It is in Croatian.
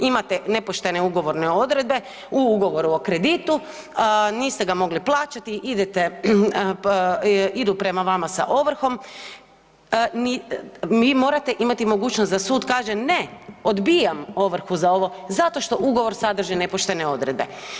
Imate nepoštene ugovorne odredbe u ugovoru o kreditu, niste ga mogli plaćati, idu prema vama sa ovrhom, vi morate imati mogućnost da sud kaže ne, odbijam ovrhu za ovo zato što ugovor sadrži nepoštene odredbe.